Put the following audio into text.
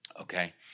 Okay